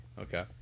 Okay